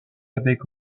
avec